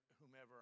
whomever